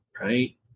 right